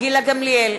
גילה גמליאל,